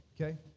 Okay